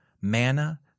manna